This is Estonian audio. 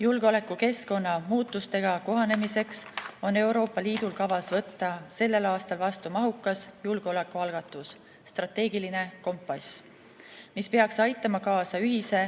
Julgeolekukeskkonna muutustega kohanemiseks on Euroopa Liidul kavas võtta sellel aastal vastu mahukas julgeolekualgatus – strateegiline kompass, mis peaks aitama kaasa ühise